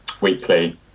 weekly